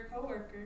co-worker